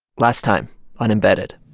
last time on embedded.